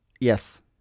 yes